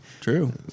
True